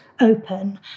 open